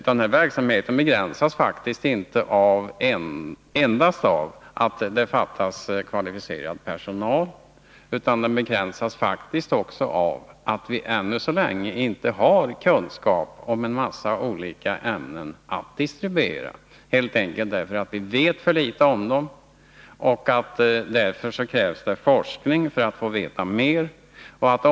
Denna verksamhet begränsas faktiskt inte endast av att det fattas kvalificerad personal, utan den begränsas också av att vi ännu så länge inte har kunskaper om en massa olika ämnen, helt enkelt därför att vi vet för litet om dem. Därför krävs det forskning för att vi skall få veta mer.